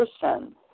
person